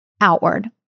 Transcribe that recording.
outward